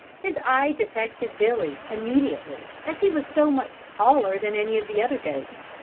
his eye detected billy immediately as he was so much taller than any of the other goats,